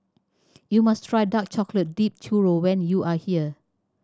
you must try dark chocolate dip churro when you are here